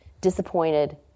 disappointed